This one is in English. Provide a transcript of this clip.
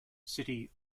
city